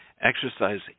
Exercise